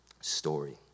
story